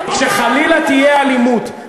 כי כשחלילה תהיה אלימות,